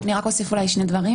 אני אוסיף שני דברים.